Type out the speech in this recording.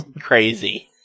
crazy